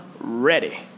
ready